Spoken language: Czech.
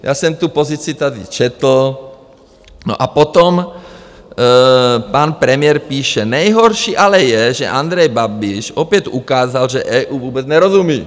Já jsem tu pozici tady četl, a potom pan premiér píše: Nejhorší ale je, že Andrej Babiš opět ukázal, že EU vůbec nerozumí.